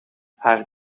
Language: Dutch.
haar